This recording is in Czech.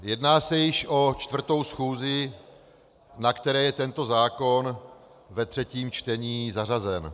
Jedná se již o čtvrtou schůzi, na které je tento zákon ve třetím čtení zařazen.